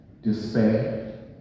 despair